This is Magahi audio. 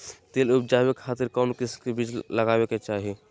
तिल उबजाबे खातिर कौन किस्म के बीज लगावे के चाही?